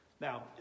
Now